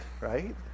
right